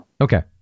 okay